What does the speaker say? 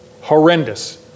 horrendous